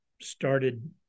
started